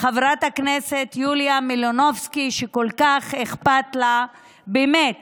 חברת הכנסת יוליה מלינובסקי, שכל כך אכפת לה באמת